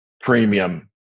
premium